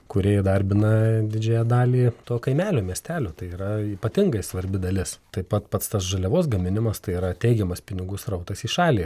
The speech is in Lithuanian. kurie įdarbina didžiąją dalį to kaimelio miestelio tai yra ypatingai svarbi dalis taip pat pats tas žaliavos gaminimas tai yra teigiamas pinigų srautas į šalį